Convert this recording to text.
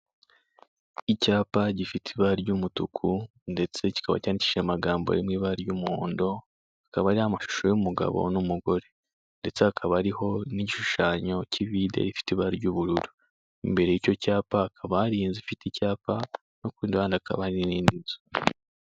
Icyapa gifite ibara ry'umutuku ndetse kikaba cyandikishije amagambo ari mu ibara ry'umuhondo, hakaba hariho amashusho y'umugabo n'umugore, ndetse hakaba hariho n'igishushanyo cy'ivide rifite ibara ry'ubururu, imbere y'icyo cyapa hakaba hari inzu ifite icyapa no kurundi ruhande hakaba hari n'indi nzu.